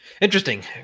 Interesting